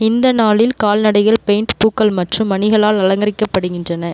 இந்த நாளில் கால்நடைகள் பெயிண்ட் பூக்கள் மற்றும் மணிகளால் அலங்கரிக்கப்படுகின்றன